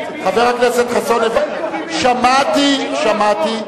שמעתי, שמעתי.